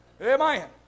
Amen